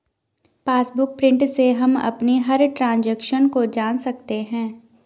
passbook print से हम अपनी हर ट्रांजेक्शन को जान सकते है